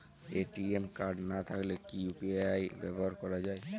ATM card না থাকলে কি ইউ.পি.আই ব্যবহার করা য়ায়?